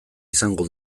izango